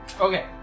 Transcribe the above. Okay